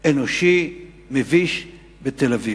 אנושי מביש בתל-אביב.